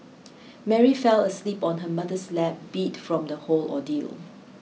Mary fell asleep on her mother's lap beat from the whole ordeal